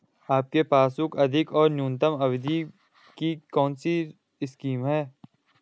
आपके पासबुक अधिक और न्यूनतम अवधि की कौनसी स्कीम है?